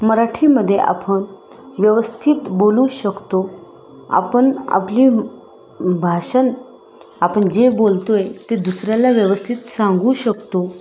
मराठीमध्ये आपण व्यवस्थित बोलू शकतो आपण आपली भाषण आपण जे बोलतोय ते दुसऱ्याला व्यवस्थित सांगू शकतो